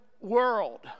world